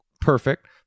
perfect